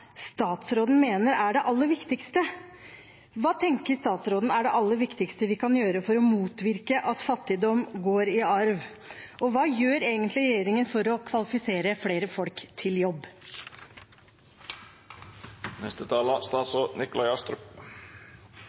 statsråden mener er det aller viktigste. Hva tenker statsråden er det aller viktigste vi kan gjøre for å motvirke at fattigdom går i arv, og hva gjør egentlig regjeringen for å kvalifisere flere folk til